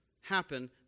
happen